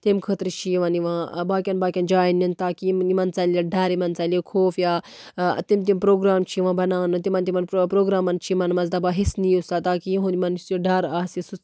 تَمہِ خٲطرٕ چھُ یِمن یِوان باقین باقین جاین نِنہٕ تاکہِ یِم یِمن ژَلہِ ڈر یِمن ژَلہِ خوف یا تِم تِم پروگرام چھِ یِوان بَناونہٕ تِمن تِمن پروگرامَن چھِ یِمن منٛز دَپان حِصہٕ نِیو سا تاکہِ یِہُنٛد یِمن یُس یہِ ڈر آسہِ